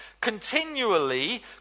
continually